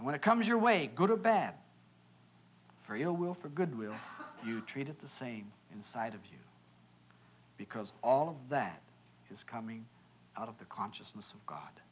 and when it comes your way good or bad for ill will for good will you treat at the same inside of you because all of that is coming out of the consciousness of god